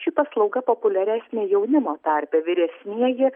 ši paslauga populiaresnė jaunimo tarpe vyresnieji